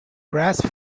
grass